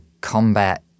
combat